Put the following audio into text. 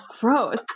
Gross